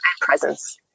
presence